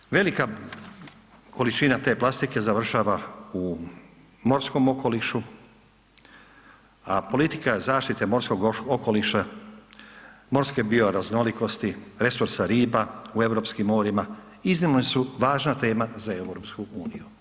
Dakle, velika količina te plastike završava u morskom okolišu, a politika zaštite morskog okoliša, morske bioraznolikosti, resursa riba u europskim morima iznimno su važna tema za EU.